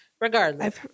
regardless